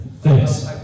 thanks